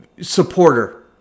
supporter